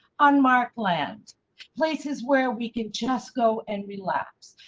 on my plant places where we can just go and relapse,